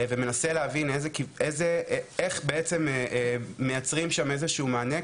ומנסה להבין איך בעצם מייצרים שם איזה שהוא מענה,